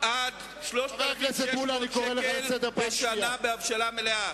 עד 3,600 שקל בשנה, בהבשלה מלאה.